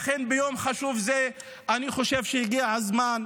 לכן ביום חשוב זה אני חושב שהגיע הזמן,